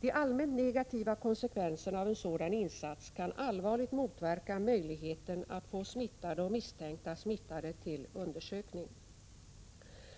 De allmänt negativa konsekvenserna av en sådan insats kan allvarligt motverka möjligheten att få smittade och misstänkta smittade till undersökning.